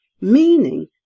meaning